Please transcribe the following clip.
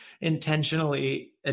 intentionally